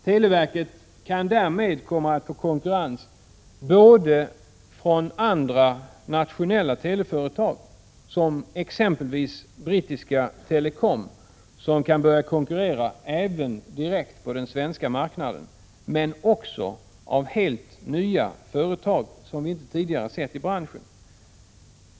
Televerket kan därmed komma att få konkurrens både från andra nationella teleföretag, exempelvis brittiska Telecom, som kan börja konkurrera även direkt på den svenska marknaden, och från helt nya företag, som vi inte tidigare sett inom branschen.